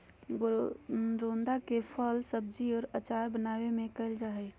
करोंदा के फल के उपयोग सब्जी और अचार बनावय में कइल जा हइ